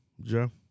Joe